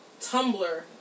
Tumblr